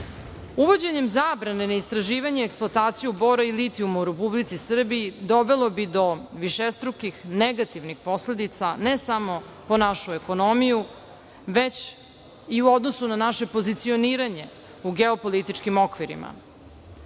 standarda. Uvođenjem zabrane na istraživanje, eksploataciju bora i litijuma u Republici Srbiji dovelo bi do višestrukih negativnih posledica, ne samo po našu ekonomiju, već i u odnosu na naše pozicioniranje u geopolitičkih okvirima.